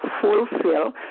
fulfill